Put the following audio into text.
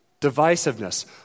divisiveness